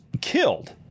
killed